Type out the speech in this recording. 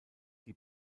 die